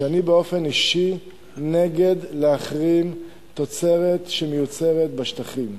שאני באופן אישי מתנגד להחרמת תוצרת שמיוצרת בשטחים.